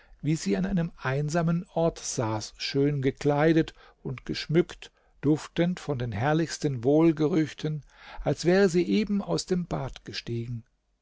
wie sie an einem einsamen ort saß schön gekleidet und geschmückt duftend von den herrlichsten wohlgerüchten als wäre sie eben aus dem bad gestiegen